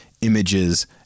images